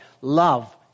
Love